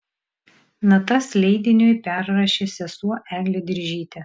natas leidiniui perrašė sesuo eglė diržytė